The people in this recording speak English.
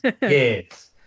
yes